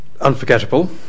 unforgettable